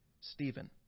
Stephen